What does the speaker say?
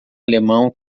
alemão